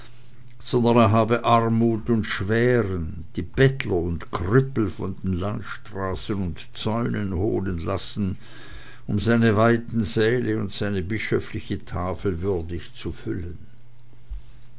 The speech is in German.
er habe armut und schwären die bettler und krüppel von den landstraßen und zäunen holen lassen um seine weiten säle und seine bischöfliche tafel würdig zu füllen